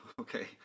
okay